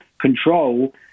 control